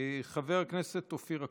חבר הכנסת אופיר אקוניס.